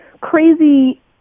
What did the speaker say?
crazy